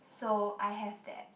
so I have that